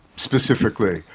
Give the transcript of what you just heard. specifically,